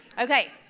Okay